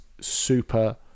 super